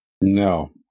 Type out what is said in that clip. No